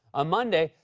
ah monday,